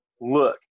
look